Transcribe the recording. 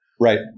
Right